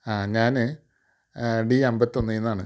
ആ ഞാൻ ഡി അമ്പത്തൊന്നിൽ നിന്നാണ്